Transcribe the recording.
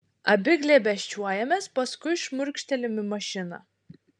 abi glėbesčiuojamės paskui šmurkštelim į mašiną